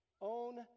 Own